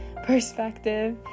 perspective